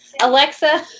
Alexa